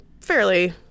fairly